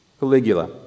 Caligula